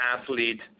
athlete